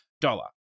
dollar